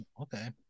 Okay